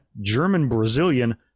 German-Brazilian